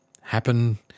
happen